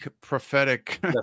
prophetic